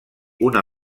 una